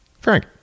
Frank